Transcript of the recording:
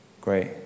Great